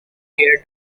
here